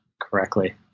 correctly